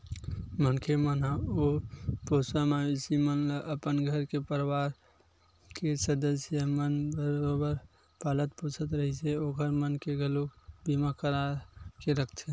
मनखे मन ह ओ पोसवा मवेशी मन ल अपन घर के परवार के सदस्य मन बरोबर पालत पोसत रहिथे ओखर मन के घलोक बीमा करा के रखथे